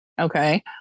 okay